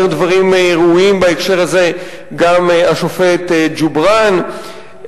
אומר דברים ראויים בהקשר הזה גם השופט ג'ובראן,